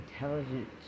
intelligent